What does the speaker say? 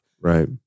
Right